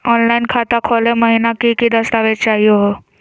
Online खाता खोलै महिना की की दस्तावेज चाहीयो हो?